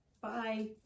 Bye